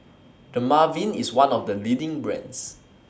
Dermaveen IS one of The leading brands